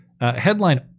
headline